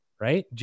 right